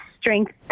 strength